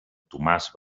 tomàs